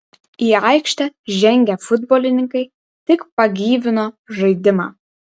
į aikštę žengę futbolininkai tik pagyvino žaidimą